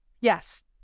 Yes